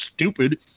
stupid